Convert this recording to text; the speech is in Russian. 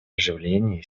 оживление